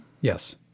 Yes